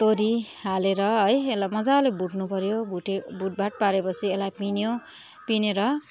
तोरी हालेर है यसलाई मज्जाले भुट्नु पऱ्यो भुटे भुटभाट पारेपछि यसलाई पिन्यो पिनेर